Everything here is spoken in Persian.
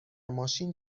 ماشین